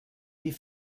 die